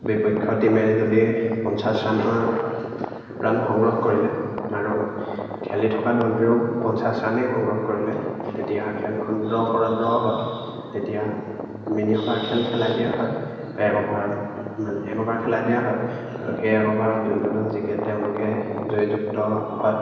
বিপক্ষ টীমে যদি পঞ্চাছ ৰানৰ ৰান সংগ্ৰহ কৰিলে আৰু খেলি থকা দলটোৱেও পঞ্চাছ ৰানেই সংগ্ৰহ কৰিলে তেতিয়া খেলখন ড্ৰ' কৰা ড্ৰ' হয় তেতিয়া মিনি অভাৰ খেল খেলাই দিয়া হয় এক অভাৰ মানে এক অভাৰ খেলাই দিয়া হয় আৰু সেই এক অভাৰত যোনটো দল জিকে তেওঁলোকে জয়যুক্ত হয়